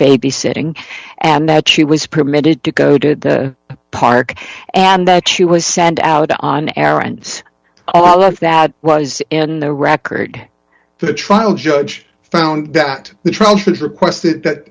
babysitting and that she was permitted to go to the park and that she was sent out on errands all of that was in the record the trial judge found that the trial requests that